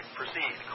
proceed